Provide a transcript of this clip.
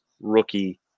rookie